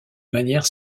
manière